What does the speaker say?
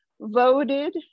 voted